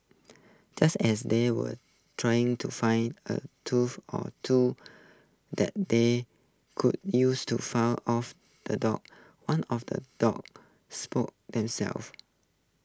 just as they were trying to find A tools or two that they could use to fend off the dogs one of the dogs spotted themself